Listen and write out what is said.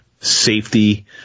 safety